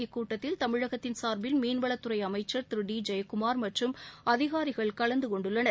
இக்கூட்டத்தில் தமிழகத்தின் சார்பில் மீன்வளத்துறை அமைச்சர் திரு டி ஜெயக்குமார் மற்றும் அதிகாரிகள் கலந்தகொண்டுள்ளனர்